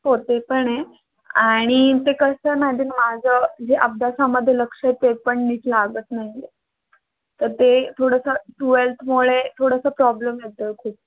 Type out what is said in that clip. हो ते पण आहे आणि ते कसं माझे माझं जे अभ्यासामध्ये लक्ष ते पण नीट लागत नाही आहे तर ते थोडंसं ट्वेल्थमुळे थोडंसं प्रॉब्लेम येतं खूप